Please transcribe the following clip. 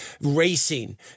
racing